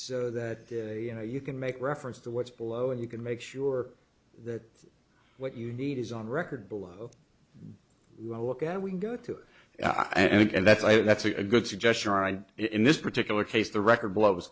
so that you know you can make reference to what's below and you can make sure that what you need is on record below well look at we go to i and that's a that's a good suggestion in this particular case the record blow